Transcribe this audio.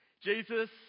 Jesus